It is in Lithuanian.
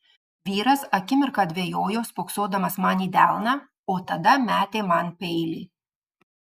vyras akimirką dvejojo spoksodamas man į delną o tada metė man peilį